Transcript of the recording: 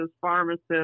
pharmacists